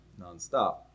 nonstop